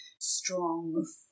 strong